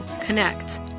connect